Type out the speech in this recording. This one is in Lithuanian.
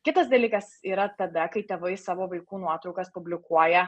kitas dalykas yra tada kai tėvai savo vaikų nuotraukas publikuoja